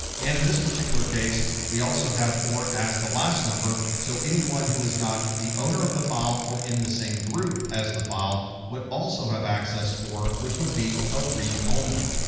and in this particular case, we also have four as the last number, so anyone who is not the owner of the file or in the same group as the file would also have access four, which would be a read only.